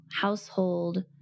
household